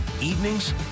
evenings